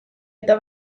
eta